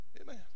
Amen